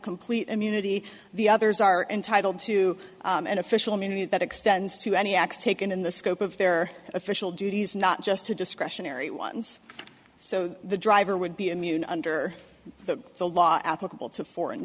complete immunity the others are entitled to an official immunity and that extends to any acts taken in the scope of their official duties not just a discretionary ones so the driver would be immune under the law applicable to foreign